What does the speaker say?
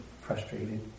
frustrated